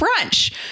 brunch